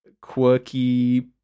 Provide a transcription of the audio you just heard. quirky